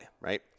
right